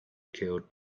killed